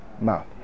mouth